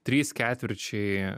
trys ketvirčiai